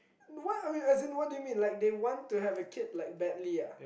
what are we as in what do you mean like they want to have a kid like badly ah